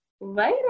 later